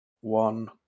one